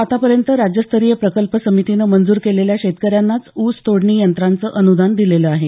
आतापर्यंत राज्यस्तरीय प्रकल्प समितीनं मंजूर केलेल्या शेतकऱ्यांनाच ऊस तोडणी यंत्राचं अनुदान दिलेलं आहे